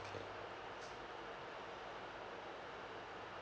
okay